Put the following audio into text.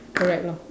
correct lor